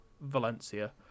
Valencia